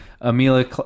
amelia